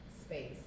space